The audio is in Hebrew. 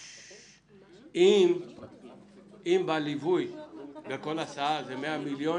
אם ליווי בכל הסעה זה 100 מיליון,